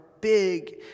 big